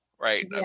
right